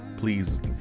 Please